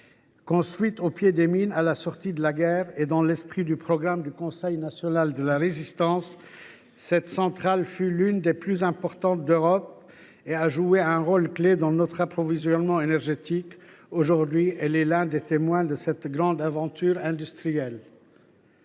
Construite au pied des mines à la sortie de la guerre et dans l’esprit du programme du Conseil national de la Résistance (CNR), cette centrale, qui fut l’une des plus importantes d’Europe, a joué un rôle clé dans notre approvisionnement énergétique. Aujourd’hui, elle est l’un des témoins de cette grande aventure industrielle.